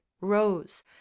rose